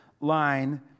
line